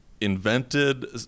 invented